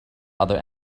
other